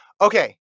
Okay